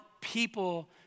people